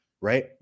right